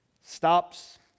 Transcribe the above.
stops